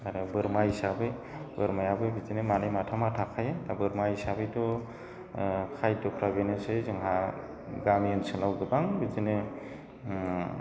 आरो बोरमा हिसाबै बोरमायाबो बिदिनो मानै माथामा थाखायो दा बोरमा हिसाबैथ' खायद'फ्रा बेनोसै जोंहा गामि ओनसोलाव गोबां बिदिनो